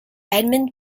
edmund